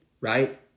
right